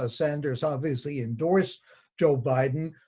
ah sanders obviously endorsed joe biden,